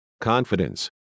confidence